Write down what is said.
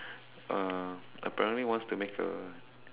uh apparently wants to make a